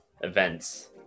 events